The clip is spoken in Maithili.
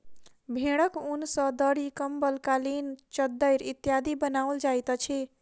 भेंड़क ऊन सॅ दरी, कम्बल, कालीन, चद्दैर इत्यादि बनाओल जाइत अछि